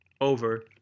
over